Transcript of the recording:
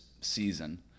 season